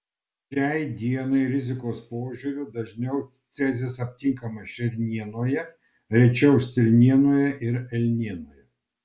šiai dienai rizikos požiūriu dažniau cezis aptinkamas šernienoje rečiau stirnienoje ir elnienoje